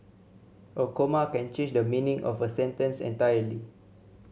a comma can change the meaning of a sentence entirely